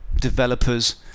developers